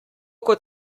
kot